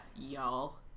y'all